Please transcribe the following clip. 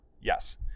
Yes